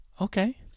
Okay